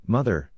Mother